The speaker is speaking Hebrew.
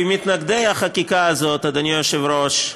כי מתנגדי החקיקה הזאת, אדוני היושב-ראש,